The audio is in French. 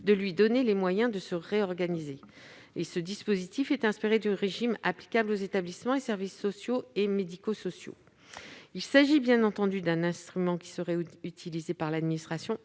de lui donner les moyens de se réorganiser. Ce dispositif est inspiré du régime applicable aux établissements et services sociaux et médico-sociaux. Il s'agit bien entendu d'un instrument qui serait utilisé par l'administration